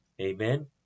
Amen